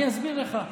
אני אסביר לך.